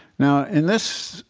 now in this,